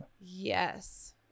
Yes